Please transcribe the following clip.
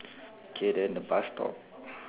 K then the bus stop